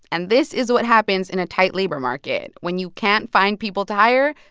and this is what happens in a tight labor market. when you can't find people to hire,